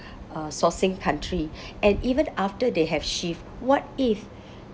uh sourcing country and even after they have shift what if